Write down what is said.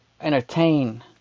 entertain